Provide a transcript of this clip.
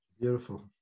Beautiful